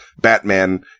Batman